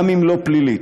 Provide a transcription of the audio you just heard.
גם אם לא פלילית,